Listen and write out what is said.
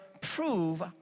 prove